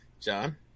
John